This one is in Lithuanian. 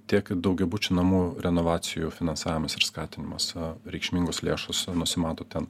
tiek daugiabučių namų renovacijų finansavimas ir skatinimas reikšmingos lėšos nusimato ten